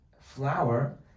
flower